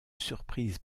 surprise